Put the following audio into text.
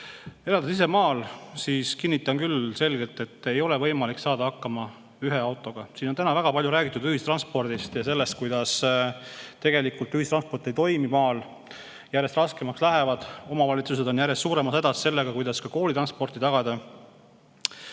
Elades ise maal, kinnitan küll kindlalt, et ei ole võimalik saada hakkama ühe autoga. Siin on täna väga palju räägitud ühistranspordist ja sellest, et tegelikult ühistransport maal ei toimi. Järjest raskemaks läheb, omavalitsused on järjest suuremas hädas sellega, kuidas ka koolitransporti tagada.